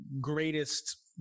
greatest